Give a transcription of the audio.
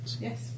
Yes